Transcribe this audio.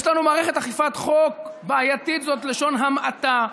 יש לנו מערכת אכיפת חוק בעייתית, זו לשון המעטה.